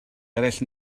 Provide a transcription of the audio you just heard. eraill